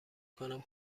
کنم